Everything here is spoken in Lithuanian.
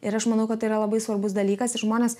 ir aš manau kad tai yra labai svarbus dalykas ir žmonės